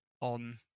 on